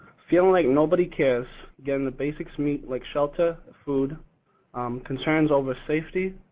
feeling like nobody cares getting the basics meet, like shelter, food concerns over safety.